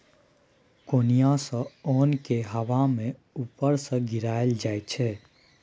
कोनियाँ सँ ओन केँ हबा मे उपर सँ गिराएल जाइ छै